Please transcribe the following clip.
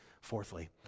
Fourthly